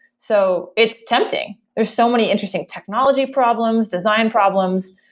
so it's tempting. there's so many interesting technology problems, design problems,